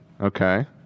Okay